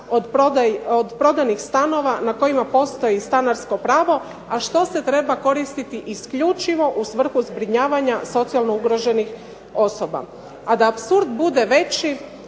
od prodanih stanova na kojima postoji stanarsko pravo, a što se treba koristiti isključivo u svrhu zbrinjavanja socijalno ugroženih osoba. A da apsurd bude veći,